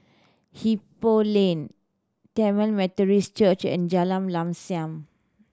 Ipoh Lane Tamil Methodist Church and Jalan Lam Sam